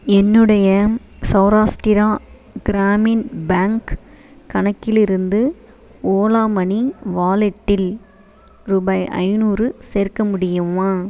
என்னுடைய சௌராஸ்கிரா கிராமின் பேங்க் கணக்கில் இருந்து ஓலா மணி வாலட்டில் ரூபாய் ஐநூறு சேர்க்க முடியுமா